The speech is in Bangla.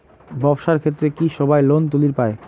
ব্যবসার ক্ষেত্রে কি সবায় লোন তুলির পায়?